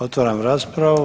Otvaram raspravu.